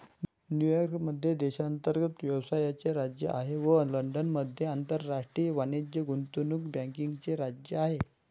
New York मध्ये देशांतर्गत व्यवसायाचे राज्य आहे व लंडनमध्ये आंतरराष्ट्रीय वाणिज्य गुंतवणूक बँकिंगचे राज्य आहे